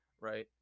Right